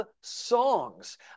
songs